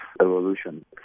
evolution